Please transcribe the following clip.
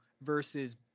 versus